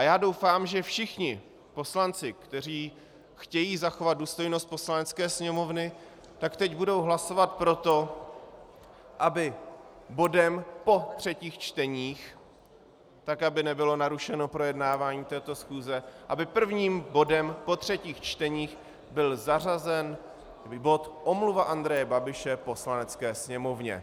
Já doufám, že všichni poslanci, kteří chtějí zachovat důstojnost Poslanecké sněmovny, teď budou hlasovat pro to, aby bodem po třetích čteních, tak aby nebylo narušeno projednávání této schůze, aby prvním bodem po třetích čteních byl zařazen bod Omluva Andreje Babiše Poslanecké sněmovně.